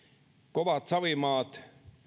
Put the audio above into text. kovat savimaat